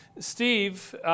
Steve